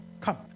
come